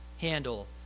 handle